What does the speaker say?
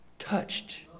Touched